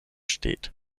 steht